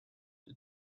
the